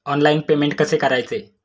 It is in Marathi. ऑनलाइन पेमेंट कसे करायचे?